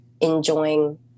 enjoying